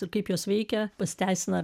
ir kaip jos veikia pasiteisina ar